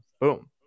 boom